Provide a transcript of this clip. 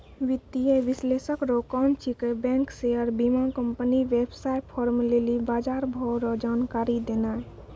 वित्तीय विश्लेषक रो काम छिकै बैंक शेयर बीमाकम्पनी वेवसाय फार्म लेली बजारभाव रो जानकारी देनाय